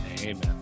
amen